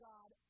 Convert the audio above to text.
God